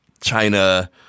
China